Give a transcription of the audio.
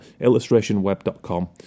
illustrationweb.com